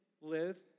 live